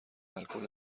الکل